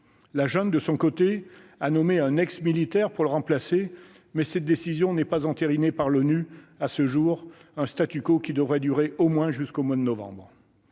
La junte, de son côté, a nommé un ex-militaire pour le remplacer, mais cette décision n'est pas entérinée par l'ONU à ce jour ; ce devrait durer au moins jusqu'au mois de novembre.